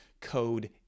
Code